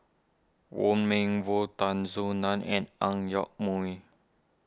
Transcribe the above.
Wong Meng Voon Tan Soo Nan and Ang Yoke Mooi